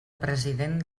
president